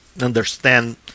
understand